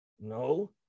No